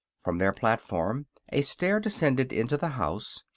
from their platform a stair descended into the house,